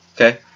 okay